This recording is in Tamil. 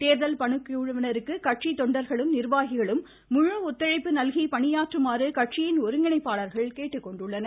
தேர்தல் பணிக்குழுவினருக்கு கட்சி தொண்டர்களும் நிர்வாகிகளும் முழு ஒத்துழைப்பு நல்கி பணியாற்றுமாறு கட்சியின் ஒருங்கிணைப்பாளர்கள் கேட்டுக்கொண்டுள்ளனர்